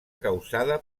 causada